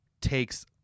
takes